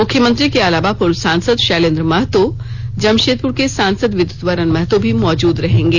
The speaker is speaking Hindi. मुख्यमंत्री के अलावा पूर्व सांसद शैलेंद्र महतो जमशेदपुर के सांसद विद्युतवरण महतो भी मौजूद रहेंगे